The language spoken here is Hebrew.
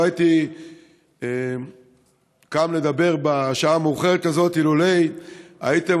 לא הייתי קם לדבר בשעה המאוחרת הזאת אילולא הייתם